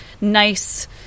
nice